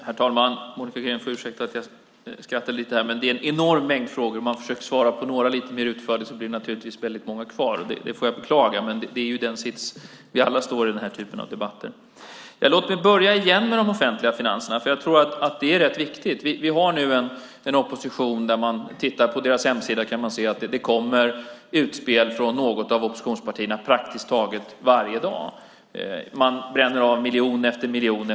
Herr talman! Marie Engström får ursäkta att jag skrattade lite, men det är en enorm mängd frågor. Om man försöker svara lite mer utförligt på några blir det naturligtvis väldigt många kvar. Jag beklagar det, men så är det för oss alla i den här typen av debatter. Låt mig återigen börja med de offentliga finanserna, för jag tror att det är rätt viktigt. Tittar man på den nuvarande oppositionens hemsida kan man se att det kommer utspel från något av oppositionspartierna praktiskt taget varje dag. Man bränner av miljon efter miljon.